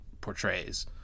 portrays